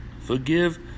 Forgive